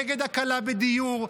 נגד הקלה בדיור.